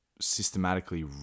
systematically